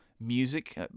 music